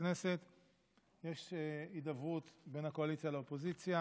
הכנסת יש הידברות בין הקואליציה לאופוזיציה.